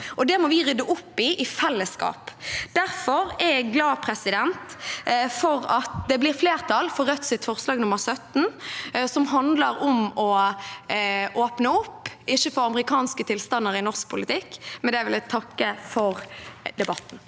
det må vi rydde opp i i fellesskap. Derfor er jeg glad for at det blir flertall for forslag nr. 17, fra Rødt, som handler om å åpne opp og ikke få amerikanske tilstander i norsk politikk. Med det vil jeg takke for debatten.